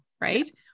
right